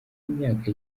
imyaka